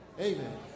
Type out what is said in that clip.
Amen